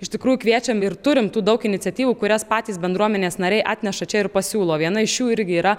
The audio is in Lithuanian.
iš tikrųjų kviečiam ir turim tų daug iniciatyvų kurias patys bendruomenės nariai atneša čia ir pasiūlo viena iš jų irgi yra